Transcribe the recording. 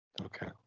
Okay